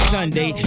Sunday